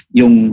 yung